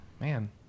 Man